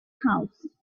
house